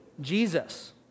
Jesus